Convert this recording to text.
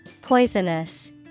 Poisonous